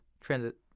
transit